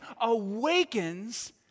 awakens